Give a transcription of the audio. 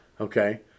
Okay